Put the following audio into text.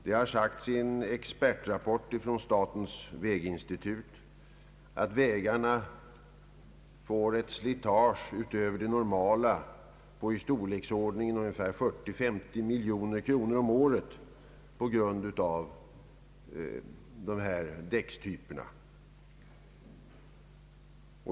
Det har sagts i en expertrapport från statens väginstitut att vägarna får ett slitage utöver det normala i storleksordningen ungefär 40—50 miljoner kronor om året på grund av dessa däckstyper.